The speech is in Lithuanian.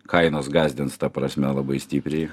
kainos gąsdins ta prasme labai stipriai